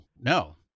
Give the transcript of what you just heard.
no